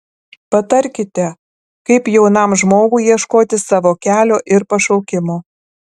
patarkite kaip jaunam žmogui ieškoti savo kelio ir pašaukimo